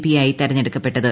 പിയായി തെരഞ്ഞെടുക്കപ്പെട്ടത്